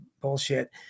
bullshit